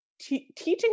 teaching